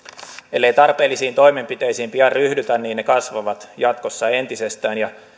ellei tarpeellisiin toimenpiteisiin pian ryhdytä niin ne kasvavat jatkossa entisestään